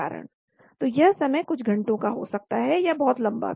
तो यह समय कुछ घंटों का हो सकता है या बहुत लंबा भी